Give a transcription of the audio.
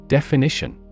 Definition